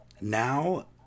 now